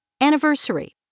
Anniversary